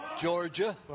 Georgia